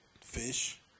fish